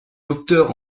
docteur